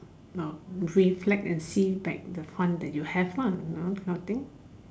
now reflect and see back the fun that you have lah you know this kind of thing